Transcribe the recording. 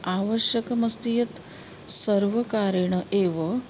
आवश्यकमस्ति यत् सर्वकारेण एव